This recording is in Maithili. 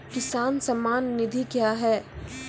किसान सम्मान निधि क्या हैं?